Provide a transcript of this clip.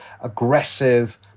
aggressive